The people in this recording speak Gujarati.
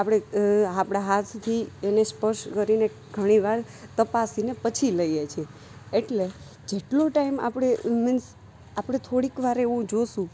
આપણે આપણા હાથથી એને સ્પર્શ કરીને ઘણીવાર તપાસીને પછી લઈએ છીએ એટલે જેટલો ટાઈમ આપણે મીન્સ આપણે થોડીક વાર એવું જોઈશું